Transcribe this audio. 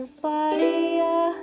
fire